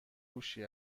کوشی